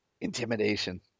Intimidation